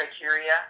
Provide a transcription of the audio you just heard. criteria